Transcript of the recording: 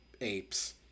apes